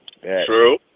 True